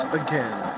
again